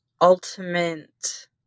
ultimate